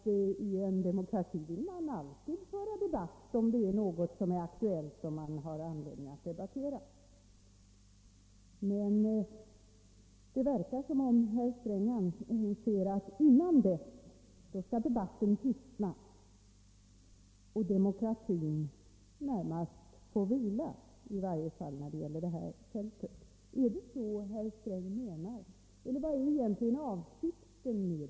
Men i en demokrati vill man alltid föra debatt om någonting är aktuellt och ger anledning till diskussion. Det förefaller som om herr Sträng anser att före den utsatta tidpunkten skall debatten tystna och demokratin närmast få vila i varje fall på detta fält. är det så herr Sträng menar, eller vad är egentligen avsikten?